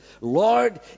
Lord